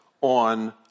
on